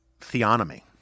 theonomy